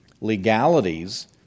legalities